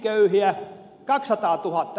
eikö tämä riitä